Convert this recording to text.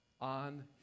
on